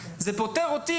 פוטר אותי,